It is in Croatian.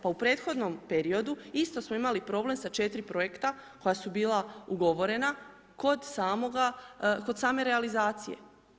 Pa u prethodnom periodu isto smo imali problem sa 4 projekta koja su bila ugovorena kod same realizacije.